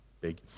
big